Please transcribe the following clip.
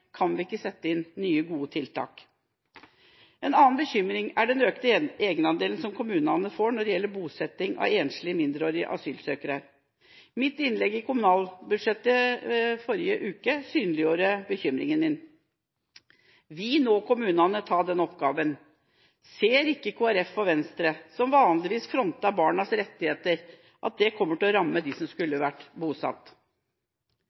kan vi ikke sette inn nye, gode tiltak. En annen bekymring er den økte egenandelen som kommunene nå får når det gjelder bosetting av enslige mindreårige asylsøkere. Mitt innlegg i debatten om kommunalbudsjettet forrige uke synliggjorde bekymringen min. Vil kommunene nå ta den oppgaven? Ser ikke Kristelig Folkeparti og Venstre, som vanligvis fronter barnas rettigheter, at det kommer til å ramme dem som